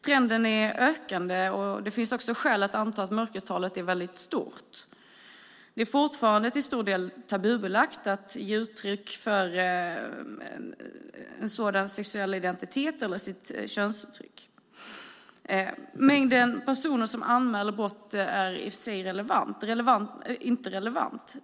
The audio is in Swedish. Trenden är ökande, och det finns skäl att anta att mörkertalet är väldigt stort. Det är fortfarande till stor del tabubelagt med ett sådant könsuttryck eller att ge uttryck för en sådan sexuell identitet. Mängden personer som anmäler brott är i sig inte relevant.